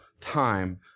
time